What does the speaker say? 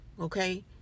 okay